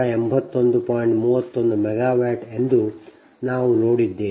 31 megawatt ಎಂದು ನಾವು ನೋಡಿದ್ದೇವೆ